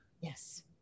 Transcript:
Yes